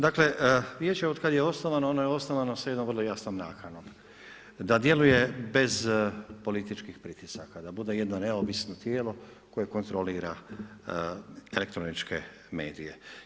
Dakle, vijeće od kada je osnovano, ono je osnovano sa jednom vrlo jasnom nakanom, da djeluje bez političkih pritisaka, da bude jedno neovisno tijelo koje kontrolira elektroničke medije.